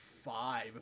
five